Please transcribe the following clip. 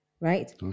Right